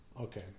Okay